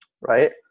Right